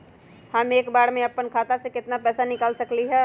हम एक बार में अपना खाता से केतना पैसा निकाल सकली ह?